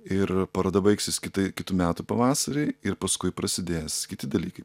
ir paroda baigsis kitai kitų metų pavasarį ir paskui prasidės kiti dalykai